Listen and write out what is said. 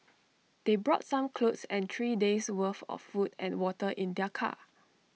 they brought some clothes and three days' worth of food and water in their car